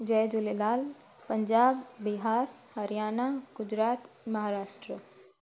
Jay Jhulelal Punjab Bihar Haryana Gujarat Maharashtra